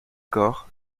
corps